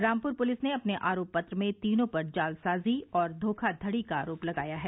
Rampur police ने अपने आरोप पत्र में तीनों पर जालसाजी और धोखाधड़ी का आरोप लगाया है